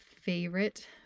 favorite